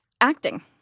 Acting